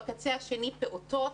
בקצה השני פעוטות.